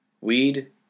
Weed